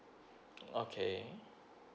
okay